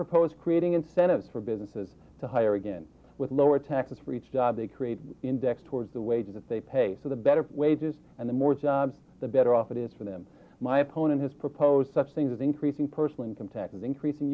propose creating incentives for businesses to hire again with lower taxes for each job they create indexed towards the wages that they pay so the better wages and the more jobs the better off it is for them my opponent has proposed such things as increasing personal income taxes increasing